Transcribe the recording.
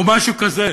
או משהו כזה.